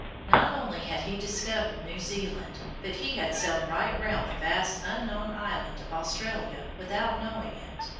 not only had he discovered new zealand, but he had sailed right round the vast unknown island of australia without knowing it.